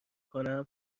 کنم